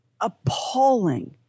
appalling